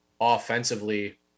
offensively